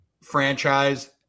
franchise